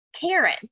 Karen